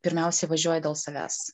pirmiausia važiuoja dėl savęs